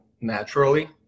naturally